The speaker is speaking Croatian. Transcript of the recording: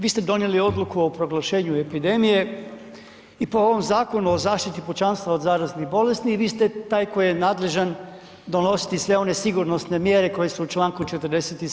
Vi ste donijeli odluku o proglašenju epidemije i po ovom Zakonu o zaštiti pučanstva od zaraznih bolesti, vi ste taj koji je nadležan donositi sve one sigurnosne mjere koje su u čl. 47.